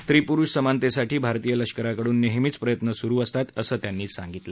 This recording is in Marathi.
स्त्री पुरुष समानतेसाठी भारतीय लष्कराकडून नेहमीच प्रयत्न सुरू असतात असं त्यांनी सांगितलं